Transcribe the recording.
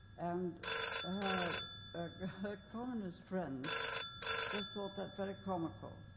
and her communist friends just thought that very comical,